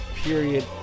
period